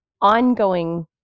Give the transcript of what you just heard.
ongoing